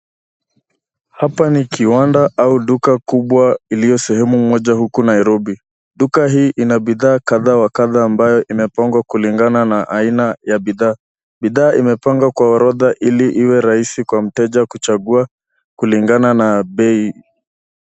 Hapa ni kiwanda au duka kubwa iliyo sehemu moja huku Nairobi. Duka hii ina bidhaa kadha wa kadha ambayo imepangwa kulingana na aina ya bidhaa. Bidhaa imepangwa kwa orodha ili rahisi kwa mteja kuchagua kulingana na bei.